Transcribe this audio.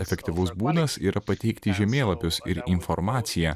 efektyvus būdas yra pateikti žemėlapius ir informaciją